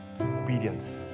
Obedience